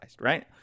right